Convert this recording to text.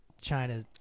China